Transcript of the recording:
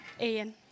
Ian